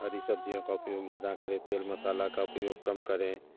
हरी सब्जियों का उपयोग ज़्यादा करें तेल मसाला का उपयोग कम करें